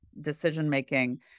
decision-making